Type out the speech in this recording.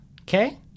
Okay